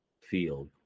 field